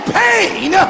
pain